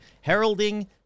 heralding